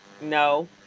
No